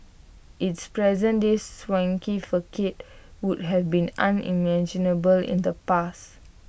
its present day swanky facade would have been unimaginable in the past